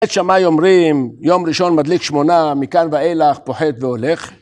בית שמאי אומרים יום ראשון מדליק שמונה מכאן ואילך פוחת והולך